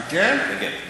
מה, כן?